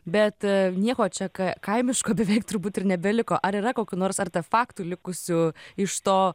bet nieko čia ka kaimiško beveik turbūt ir nebeliko ar yra kokių nors artefaktų likusių iš to